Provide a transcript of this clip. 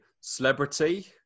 celebrity